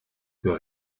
für